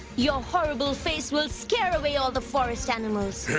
your horrible face will scare away all the forest animals.